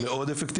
וזה מאוד אפקטיבי.